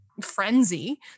frenzy